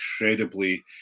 incredibly